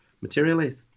materialized